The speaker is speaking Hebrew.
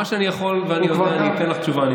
במה שאני יכול ואני יודע אני אתן לך תשובה.